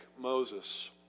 Moses